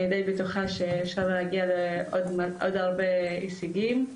אני דיי בטוחה שאפשר להגיע לעוד הרבה הישגים.